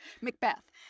Macbeth